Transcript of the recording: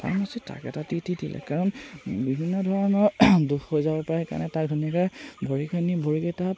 ফাৰ্মাচীত তাক এটা T T দিলে কাৰণ বিভিন্ন ধৰণৰ দুখ হৈ যাব পাৰে সেইকাৰণে তাক ধুনীয়াকৈ ভৰিখিনি ভৰিকেইটাত